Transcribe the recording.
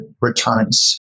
returns